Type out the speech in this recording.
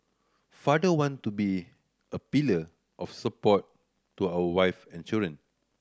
father want to be a pillar of support to our wive and children